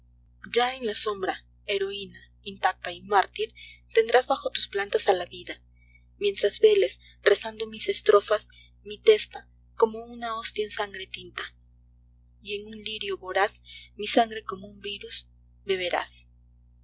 ya en la sombra heroína intacta y mártir tendrás bajo tus plantas a la vida mientras veles rezando mis estrofas mi testa como una hostia en sangre tinta y en un lirio voraz mi sangre como un virus beberás he